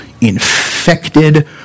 infected